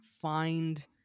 find